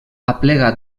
aplega